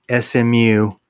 SMU